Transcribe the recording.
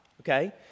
Okay